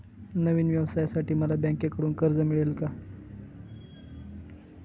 नवीन व्यवसायासाठी मला बँकेकडून कर्ज मिळेल का?